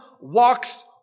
walks